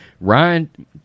Ryan